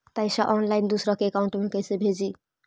पैसा ऑनलाइन दूसरा के अकाउंट में कैसे भेजी?